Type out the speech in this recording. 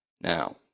Now